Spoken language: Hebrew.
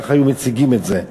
ככה היו מציגים את זה.